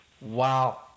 Wow